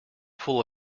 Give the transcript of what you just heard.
full